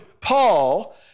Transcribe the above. Paul